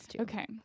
Okay